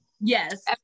yes